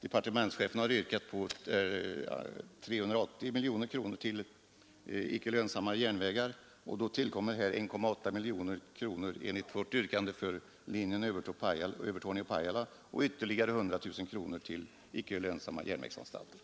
Departementschefen har yrkat ett anslag på 380 miljoner kronor till icke lönsamma järnvägar. Vi föreslår ytterligare anslag på 1,8 miljoner kronor till linjen Övertorneå — Pajala och 100 000 kronor till icke lönsamma järnvägsanstalter.